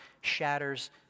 shatters